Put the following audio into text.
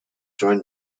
joined